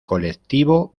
colectivo